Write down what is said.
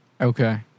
Okay